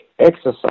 exercise